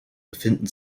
befinden